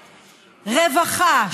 רווחה,